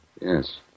Yes